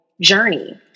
journey